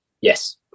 Yes